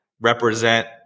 represent